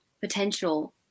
potential